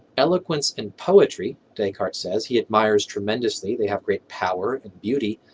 eloquence and poetry, descartes says, he admires tremendously they have great power and beauty.